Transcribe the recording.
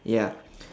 ya